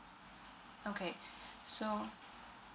okay so